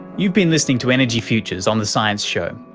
you've been listening to energy futures on the science show,